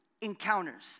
encounters